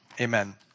amen